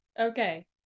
Okay